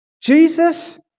Jesus